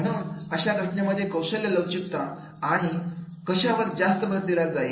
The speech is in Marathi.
म्हणून अशा घटनेमध्ये कौशल्य लवचिकता आणि कशावर जास्त भर दिला जाईल